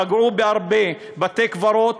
פגעו בהרבה בתי-קברות,